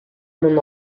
mon